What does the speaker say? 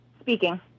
Speaking